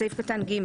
בסעיף קטן (ג),